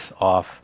off